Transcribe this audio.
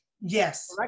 Yes